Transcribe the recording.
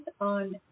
on